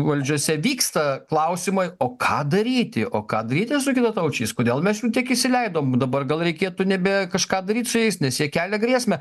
valdžiose vyksta klausimai o ką daryti o ką daryti su kitataučiais kodėl mes jų tiek įsileidom dabar gal reikėtų nebe kažką daryt su jais nes jie kelia grėsmę